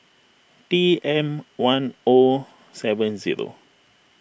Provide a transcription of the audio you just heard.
T M one O seven zero